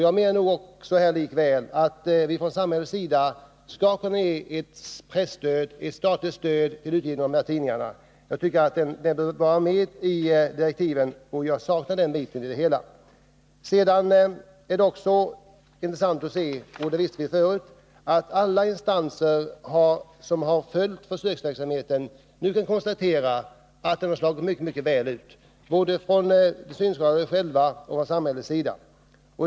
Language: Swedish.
Jag menar att vi från samhällets sida skall kunna ge ett statligt stöd till utgivningen av dessa tidningar. Den frågan bör vara med i direktiven, och jag saknar den biten. Det är intressant att notera — vi visste det i och för sig sedan förut — att alla instanser som har följt försöksverksamheten finner att den har slagit mycket väl ut, både för de synskadade själva och för samhället.